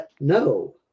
No